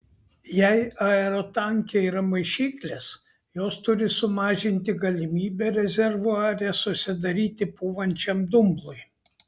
jei aerotanke yra maišyklės jos turi sumažinti galimybę rezervuare susidaryti pūvančiam dumblui